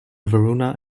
verona